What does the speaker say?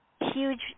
huge